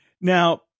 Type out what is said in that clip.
now